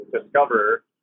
discover